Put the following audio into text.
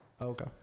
Okay